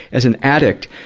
as an addict,